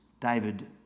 David